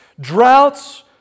droughts